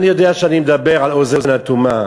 אני יודע שאני מדבר אל אוזן אטומה,